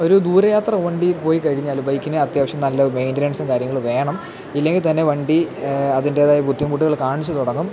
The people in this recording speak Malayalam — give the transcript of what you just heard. ഒരു ദൂരെ യാത്ര വണ്ടി പോയിക്കഴിഞ്ഞാല് ബൈക്കിന് അത്യാവശ്യം നല്ല മെയിൻ്റനൻസും കാര്യങ്ങളും വേണം ഇല്ലെങ്കില് തന്നെ വണ്ടി അതിൻറ്റേതായ ബുദ്ധിമുട്ടുകള് കാണിച്ചുതുടങ്ങും